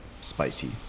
spicy